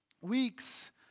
Weeks